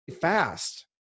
fast